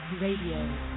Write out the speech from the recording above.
Radio